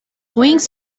wings